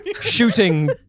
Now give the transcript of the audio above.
shooting